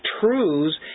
truths